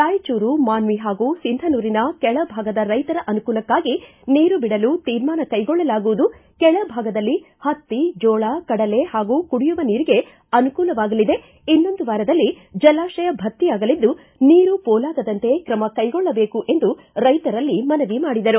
ರಾಯಚೂರು ಮಾನ್ವಿ ಹಾಗೂ ಸಿಂಧನೂರಿನ ಕೆಳಭಾಗದ ರೈತರ ಅನುಕೂಲಕ್ಕಾಗಿ ನೀರು ಬಿಡಲು ತೀರ್ಮಾನ ಕೈಗೊಳ್ಳಲಾಗುವುದು ಕೆಳ ಭಾಗದಲ್ಲಿ ಹತ್ತಿ ಜೋಳ ಕಡಲೆ ಹಾಗೂ ಕುಡಿಯುವ ನೀರಿಗೆ ಅನುಕೂಲವಾಗಲಿದೆ ಇನ್ನೊಂದು ವಾರದಲ್ಲಿ ಜಲಾಶಯ ಭರ್ತಿಯಾಗಲಿದ್ದು ನೀರು ಪೋಲಾಗದಂತೆ ಕ್ರಮ ಕೈಗೊಳ್ಳಬೇಕು ಎಂದು ರೈತರಲ್ಲಿ ಮನವಿ ಮಾಡಿದರು